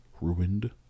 ruined